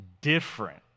different